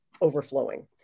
overflowing